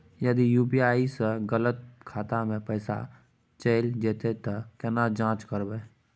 यदि यु.पी.आई स गलत खाता मे पैसा चैल जेतै त केना जाँच करबे?